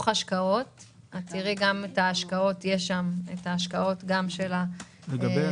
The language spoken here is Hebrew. יש שם גם את ההשקעות של הבנייה.